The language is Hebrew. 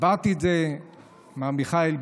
הסברתי את זה למר מיכאל ביטון,